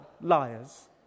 Liars